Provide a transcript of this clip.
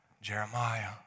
Jeremiah